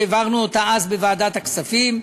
שהעברנו אותה אז בוועדת הכספים,